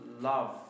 love